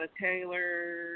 Taylor